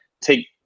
take